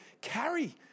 carry